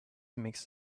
makes